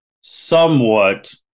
somewhat